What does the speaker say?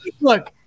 Look